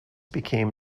became